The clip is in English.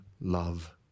love